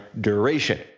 duration